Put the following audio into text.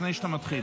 לפני שאתה מתחיל.